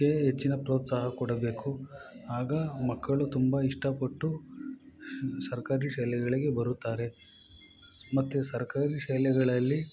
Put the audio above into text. ಗೆ ಹೆಚ್ಚಿನ ಪ್ರೋತ್ಸಾಹ ಕೊಡಬೇಕು ಆಗ ಮಕ್ಕಳು ತುಂಬ ಇಷ್ಟಪಟ್ಟು ಶ್ ಸರ್ಕಾರಿ ಶಾಲೆಗಳಿಗೆ ಬರುತ್ತಾರೆ ಮತ್ತು ಸರ್ಕಾರಿ ಶಾಲೆಗಳಲ್ಲಿ